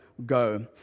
go